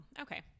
okay